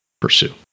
pursue